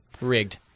Rigged